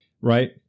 right